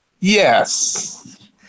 Yes